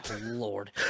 Lord